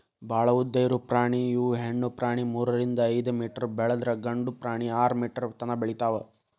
ಭಾಳ ಉದ್ದ ಇರು ಪ್ರಾಣಿ ಇವ ಹೆಣ್ಣು ಪ್ರಾಣಿ ಮೂರರಿಂದ ಐದ ಮೇಟರ್ ಬೆಳದ್ರ ಗಂಡು ಪ್ರಾಣಿ ಆರ ಮೇಟರ್ ತನಾ ಬೆಳಿತಾವ